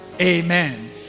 Amen